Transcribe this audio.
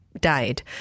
died